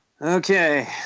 Okay